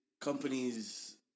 companies